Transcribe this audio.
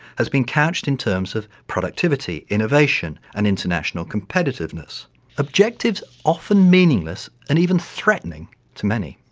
has been couched in terms of productivity, innovation and international competitiveness objectives often meaningless and even threatening to many.